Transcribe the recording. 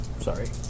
Sorry